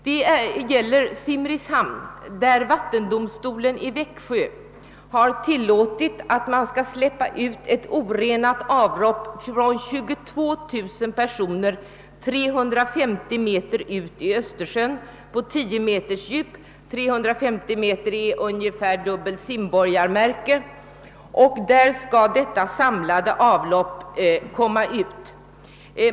Det gäller Simrishamn, där vattendomstolen i Växjö har tillåtit, att man skall få släppa ut ett orenat avlopp från 22000 personer 350 meter ut i Östersjön på 10 meters djup — 350 meter är ungefär dubbla längden för vad som krävs för Simborgarmärket — och där skall detta samlade avlopp komma ut.